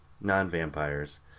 non-vampires